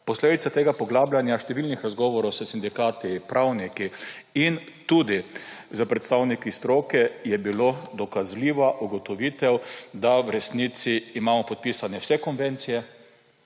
Posledica tega poglabljanja, številnih razgovorov s sindikati, pravniki in tudi s predstavniki stroke je bila dokazljiva ugotovitev, da imamo v resnici podpisane vse konvencije,